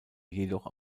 jedoch